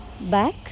back